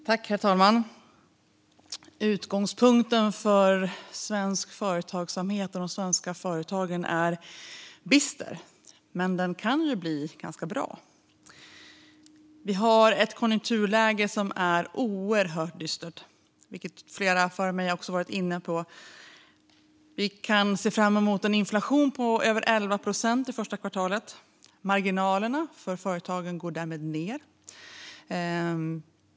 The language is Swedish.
Herr talman! Utgångspunkten för svensk företagsamhet och svenska företag är bister, men den kan bli ganska bra. Vi har ett konjunkturläge som är oerhört dystert, vilket flera före mig har varit inne på här. Vi kan se fram emot en inflation på över 11 procent under första kvartalet. Marginalerna för företagen går därmed ned.